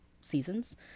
seasons